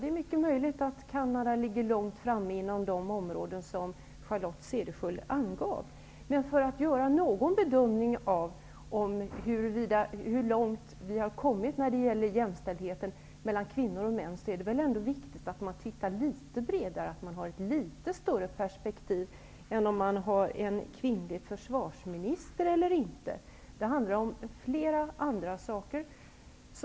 Det är mycket möjligt att Canada ligger långt framme inom de områden som Charlotte Cederschiöld angav. Men för att göra någon bedömning av hur långt vi har kommit när det gäller jämställdhet mellan kvinnor och män är det viktigt att man har ett något bredare perspektiv och inte bara ser till om ett land har en kvinnlig försvarsminister. Det handlar om flera andra saker.